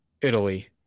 Italy